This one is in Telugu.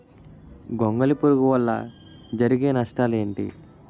గొంగళి పురుగు వల్ల జరిగే నష్టాలేంటి?